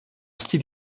style